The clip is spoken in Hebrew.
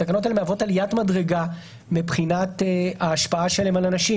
התקנות האלה מהוות עליית מדרגה מבחינת ההשפעה שלהם על אנשים.